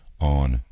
on